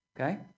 okay